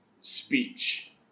speech